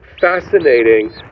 fascinating